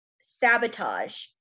sabotage